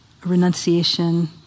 Renunciation